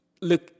look